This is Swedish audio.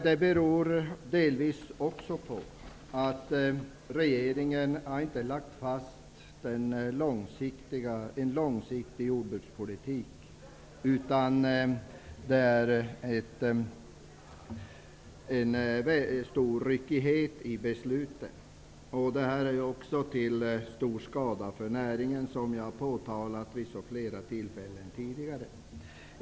Det beror delvis på att regeringen inte har lagt fast en långsiktig jordbrukspolitik. Det finns en stor ryckighet i besluten. Det är också till stor skada för näringen, som jag påtalat vid flera tillfällen tidigare.